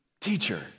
Teacher